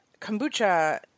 kombucha